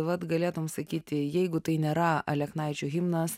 vat galėtum sakyti jeigu tai nėra aleknaičių himnas